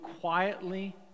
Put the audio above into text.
quietly